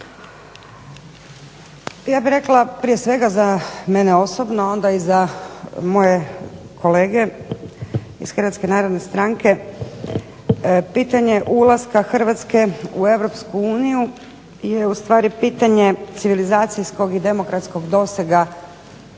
Ja bih rekla prije svega za mene osobno, a onda i za moje kolege iz Hrvatske narodne stranke, pitanje ulaska Hrvatske u Europsku uniju je ustvari pitanje civilizacijskog i demokratskog dosega